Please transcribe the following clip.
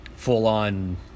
full-on